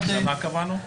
מה קבענו?